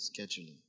Scheduling